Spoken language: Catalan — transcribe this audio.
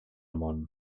món